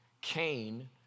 Cain